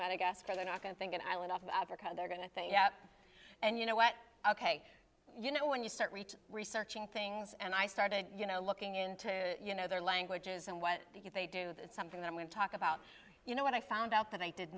madagascar they're not going to think an island off of africa they're going to think yeah and you know what ok you know when you start reaching researching things and i started you know looking into you know their languages and what they do that's something they're going to talk about you know when i found out that i did